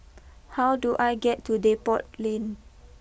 how do I get to Depot Lane